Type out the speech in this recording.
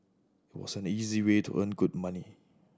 was an easy way to earn good money